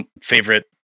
favorite